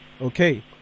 Okay